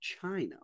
China